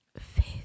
faith